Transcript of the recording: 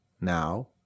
now